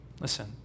Listen